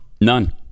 None